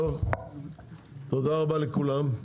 טוב, תודה רבה לכולם.